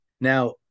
now